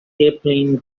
airplane